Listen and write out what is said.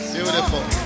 Beautiful